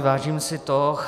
Vážím si toho.